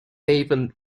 naval